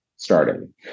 starting